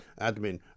admin